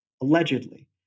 Allegedly